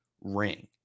ring